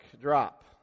drop